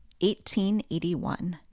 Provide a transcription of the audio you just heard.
1881